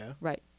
right